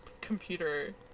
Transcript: computer